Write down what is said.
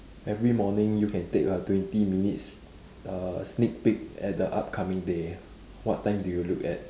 every morning you can take a twenty minutes uh sneak peak at the upcoming day what time do you look at